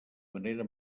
manera